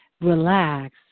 relax